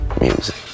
music